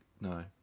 No